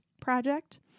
Project